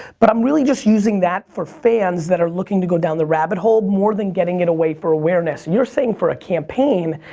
but i'm really just using that for fans that are looking to go down the rabbit hole more than getting it away for awareness. you're saying for a campaign,